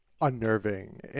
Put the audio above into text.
unnerving